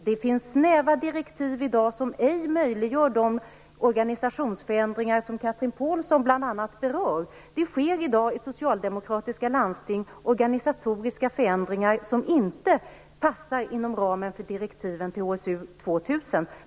Det finns i dag snäva direktiv som ej möjliggör de organisationsförändringar som Chatrine Pålsson bl.a. berör. Det sker i dag i socialdemokratiska landsting organisatoriska förändringar som inte passar inom ramen för direktiven för HSU 2000.